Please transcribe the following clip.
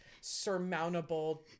surmountable